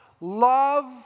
love